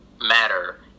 matter